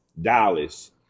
Dallas